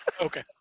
Okay